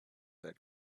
that